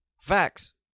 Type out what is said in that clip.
Facts